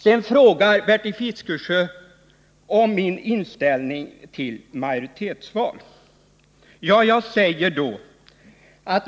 Sedan frågar Bertil Fiskesjö om min inställning till majoritetsval.